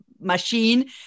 machine